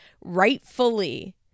rightfully